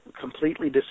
completely